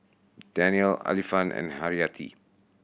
Daniel Alfian and Haryati